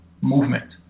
movement